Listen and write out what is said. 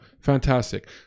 fantastic